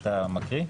אתה מקריא?